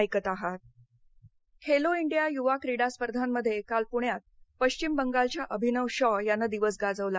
Khelo India Khelo India युवा क्रीडा स्पर्धांमध्ये काल पुण्यात पश्चिम बंगालच्या अभिनव शॉ यानं दिवस गाजवला